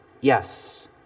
Yes